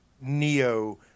neo